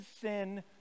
sin